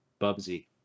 Bubsy